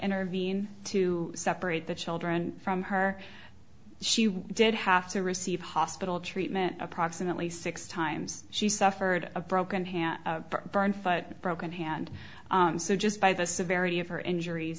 intervene to separate the children from her she did have to receive hospital treatment approximately six times she suffered a broken hand broken hand just by the severity of her injuries